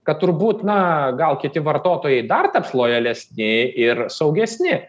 kad turbūt na gal kiti vartotojai dar taps lojalesni ir saugesni